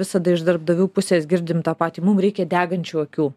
visada iš darbdavių pusės girdim tą patį mum reikia degančių akių